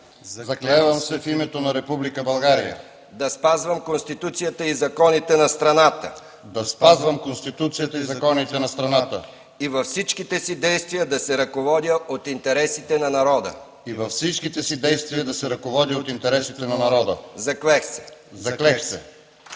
„Заклевам се в името на Република България да спазвам Конституцията и законите на страната и във всичките си действия да се ръководя от интересите на народа. Заклех се!”